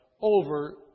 over